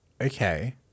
Okay